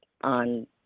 on